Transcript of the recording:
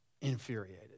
infuriated